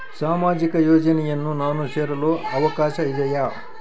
ಸಾಮಾಜಿಕ ಯೋಜನೆಯನ್ನು ನಾನು ಸೇರಲು ಅವಕಾಶವಿದೆಯಾ?